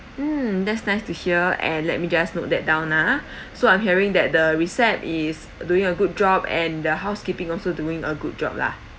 mm that's nice to hear and let me just note that down uh so I'm hearing that the recept is doing a good job and the housekeeping also doing a good job lah